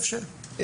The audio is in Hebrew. טוב,